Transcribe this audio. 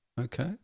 Okay